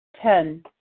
Ten